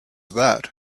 that